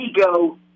ego